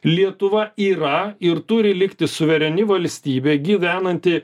lietuva yra ir turi likti suvereni valstybė gyvenanti